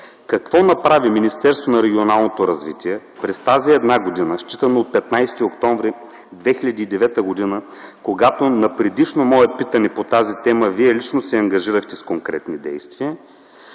какво направи Министерството на регионалното развитие и благоустройството през тази една година, считано от 15 октомври 2009 г., когато на предишно мое питане по тази тема Вие лично се ангажирахте с конкретни действия